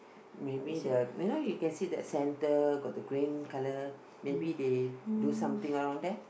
maybe the you know you can see that centre got the green colour maybe they do something around there